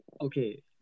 Okay